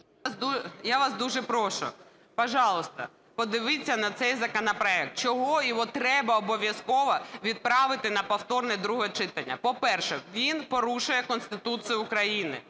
я вас дуже прошу, пожалуйста, подивіться на цей законопроект. Чого його треба обов'язково відправити на повторне друге читання? По-перше, він порушує Конституцію України